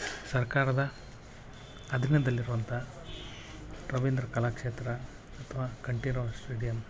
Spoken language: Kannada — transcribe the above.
ಸರ್ಕಾರದ ಅಧೀನದಲ್ಲಿರುವಂಥ ರವೀಂದ್ರ ಕಲಾಕ್ಷೇತ್ರ ಅಥ್ವಾ ಕಂಠೀರವ ಸ್ಟೇಡಿಯಂ